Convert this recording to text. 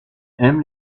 aimes